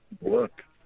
work